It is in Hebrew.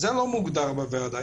זה לא מוגדר בוועדה.